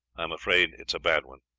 i am afraid it is a bad one.